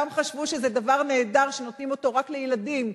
כולם חשבו שזה דבר נהדר שנותנים אותו רק לילדים,